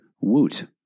Woot